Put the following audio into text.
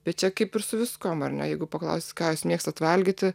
bet čia kaip ir su viskuom ar ne jeigu paklausit ką jūs mėgstat valgyti